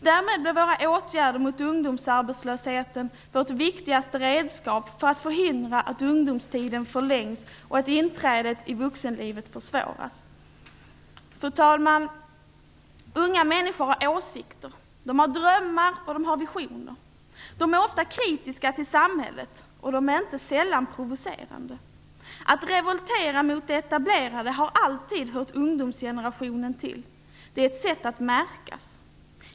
Därmed blir våra åtgärder mot ungdomsarbetslösheten våra viktigaste redskap för att förhindra att ungdomstiden förlängs och inträdet i vuxenlivet försvåras. Fru talman! Unga människor har åsikter, drömmar och visioner. De är ofta kritiska till samhället och inte sällan provocerande. Att revoltera mot det etablerade har alltid hört ungdomsgenerationen till, det är ett sätt att märkas.